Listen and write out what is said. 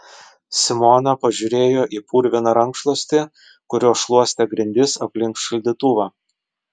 simona pažiūrėjo į purviną rankšluostį kuriuo šluostė grindis aplink šaldytuvą